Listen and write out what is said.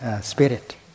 spirit